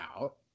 out